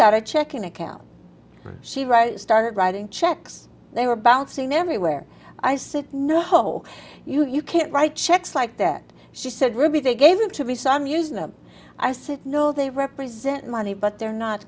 got a checking account she writes started writing checks they were bouncing everywhere i said no whoa you can't write checks like that she said ruby they gave them to be some use them i said no they represent money but they're not